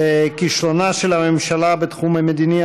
כישלונה של הממשלה בתחום המדיני,